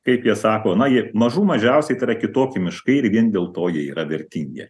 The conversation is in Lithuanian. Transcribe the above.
kaip jie sako na jie mažų mažiausiai tai yra kitokie miškai ir vien dėl to jie yra vertingi